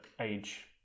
age